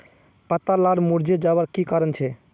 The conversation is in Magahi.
पत्ता लार मुरझे जवार की कारण छे?